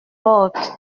porte